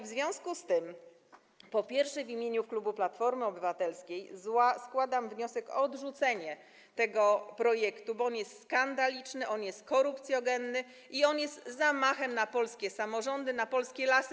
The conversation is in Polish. W związku z tym, po pierwsze, w imieniu klubu Platformy Obywatelskiej składam wniosek o odrzucenie tego projektu, bo jest on skandaliczny, jest on korupcjogenny i jest on zamachem na polskie samorządy, na polskie lasy.